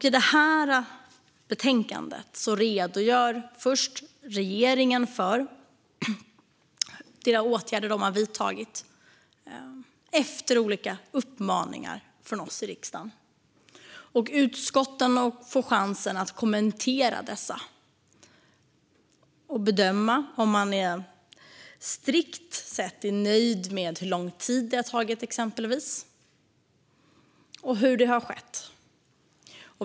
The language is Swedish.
I detta betänkande redogör först regeringen för de åtgärder som den har vidtagit efter olika uppmaningar från oss i riksdagen. Utskotten får chansen att kommentera dessa och bedöma om de strikt sett är nöjda med exempelvis hur lång tid det har tagit och hur det har skett.